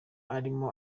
arimo